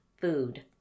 food